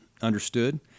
understood